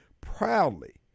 proudly